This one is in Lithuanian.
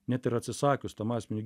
net ir atsisakius tam asmeniui